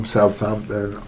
Southampton